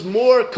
more